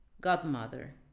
Godmother